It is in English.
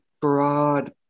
broad